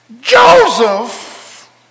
Joseph